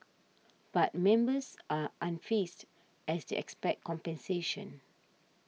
but members are unfazed as they expect compensation